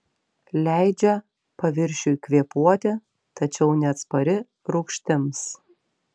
leidžia paviršiui kvėpuoti tačiau neatspari rūgštims